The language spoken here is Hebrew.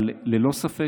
אבל ללא ספק,